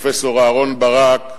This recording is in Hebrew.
פרופסור אהרן ברק,